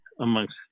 amongst